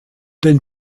den